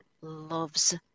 loves